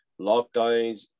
lockdowns